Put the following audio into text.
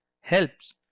helps